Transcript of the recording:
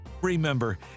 Remember